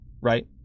right